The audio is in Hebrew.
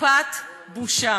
טיפת בושה.